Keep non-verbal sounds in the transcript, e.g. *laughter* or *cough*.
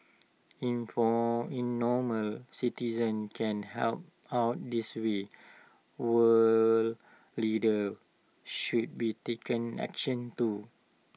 *unintelligible* citizens can help out this way world leaders should be taking action too